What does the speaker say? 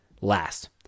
last